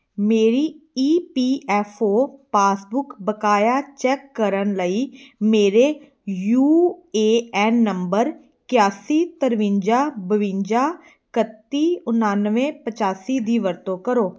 ਮੇਰੀ E P F O passbook ਬਕਾਇਆ check ਕਰਨ ਲਈ ਮੇਰੇ ਯੂ ਏ ਐਨ ਨੰਬਰ ਇਕਾਸੀ ਤਰਵੰਜਾ ਬਵੰਜਾ ਇਕੱਤੀ ਉਣਾਨਵੇਂ ਪਚਾਸੀ ਦੀ ਵਰਤੋਂ ਕਰੋ